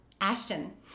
Ashton